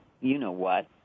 you-know-what